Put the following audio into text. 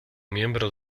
miembro